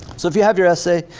so if you have your essay,